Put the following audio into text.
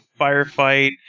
firefight